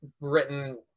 written